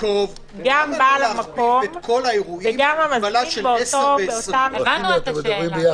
גם בעל המקום וגם המפעיל באותו- -- 10